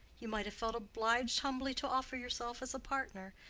you might have felt obliged humbly to offer yourself as a partner,